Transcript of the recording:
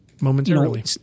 momentarily